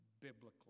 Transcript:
biblically